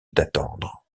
d’attendre